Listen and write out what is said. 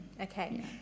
okay